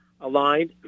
aligned